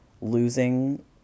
losing